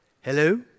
Hello